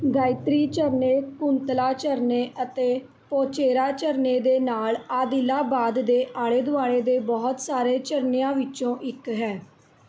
ਗਾਇਤਰੀ ਝਰਨੇ ਕੁੰਤਲਾ ਝਰਨੇ ਅਤੇ ਪੋਚੇਰਾ ਝਰਨੇ ਦੇ ਨਾਲ਼ ਆਦਿਲਾਬਾਦ ਦੇ ਆਲ਼ੇ ਦੁਆਲ਼ੇ ਦੇ ਬਹੁਤ ਸਾਰੇ ਝਰਨਿਆਂ ਵਿੱਚੋਂ ਇੱਕ ਹੈ